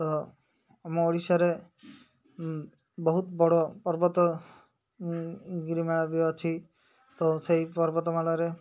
ତ ଆମ ଓଡ଼ିଶାରେ ବହୁତ ବଡ଼ ପର୍ବତ ଗିରି ମାଳା ବି ଅଛି ତ ସେଇ ପର୍ବତ ମାଳାରେ